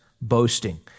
boasting